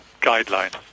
guidelines